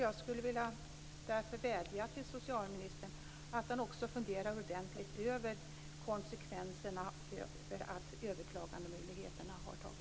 Jag skulle därför vilja vädja till socialministern att han också funderar ordentligt över konsekvenserna av att överklagandemöjligheterna har tagits bort.